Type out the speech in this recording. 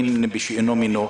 מין בשאינו מינו.